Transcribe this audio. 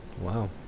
Wow